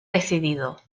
decidido